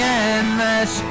endless